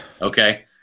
Okay